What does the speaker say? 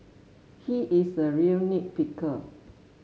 he is a real nit picker